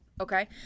Okay